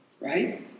Right